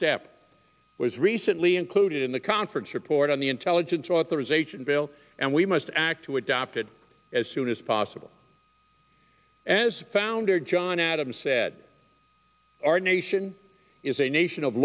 step was recently included in the conference report on the intelligence authorization bill and we must act to adapt it as soon as possible and as founder john adams said our nation is a nation of